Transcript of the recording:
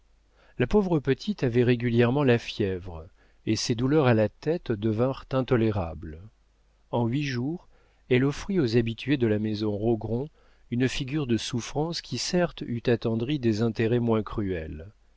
la pauvre petite avait régulièrement la fièvre et ses douleurs à la tête devinrent intolérables en huit jours elle offrit aux habitués de la maison rogron une figure de souffrance qui certes eût attendri des intérêts moins cruels